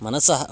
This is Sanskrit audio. मनसः